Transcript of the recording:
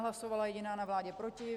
Hlasovala jsem jediná na vládě proti.